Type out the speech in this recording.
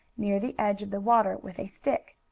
near the edge of the water, with a stick.